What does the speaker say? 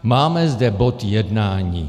Máme zde bod jednání.